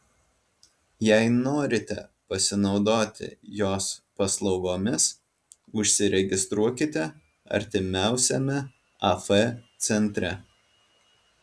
jei norite pasinaudoti jos paslaugomis užsiregistruokite artimiausiame af centre